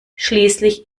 schließlich